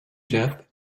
jeff